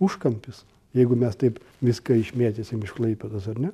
užkampis jeigu mes taip viską išmėtysim iš klaipėdos ar ne